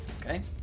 Okay